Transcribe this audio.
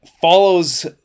follows